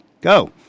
go